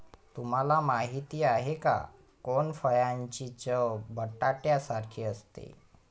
तुम्हाला माहिती आहे का? कोनफळाची चव बटाट्यासारखी असते